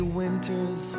winters